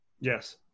Yes